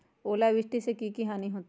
ओलावृष्टि से की की हानि होतै?